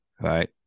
right